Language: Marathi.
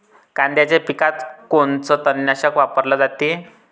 कांद्याच्या पिकात कोनचं तननाशक वापराले पायजे?